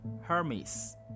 Hermes